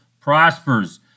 prospers